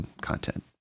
content